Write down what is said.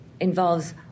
involves